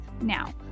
Now